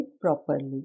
properly